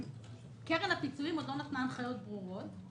וקרן הפיצויים עוד לא נתנה הנחיות ברורות.